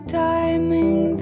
timing